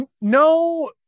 No